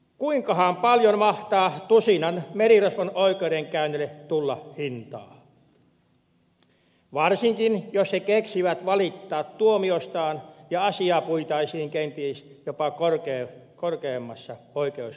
kuinkahan paljon mahtaa tusinan merirosvon oikeudenkäynnille tulla hintaa varsinkin jos he keksivät valittaa tuomiostaan ja asiaa puitaisiin kenties jopa korkeimmassa oikeusasteessa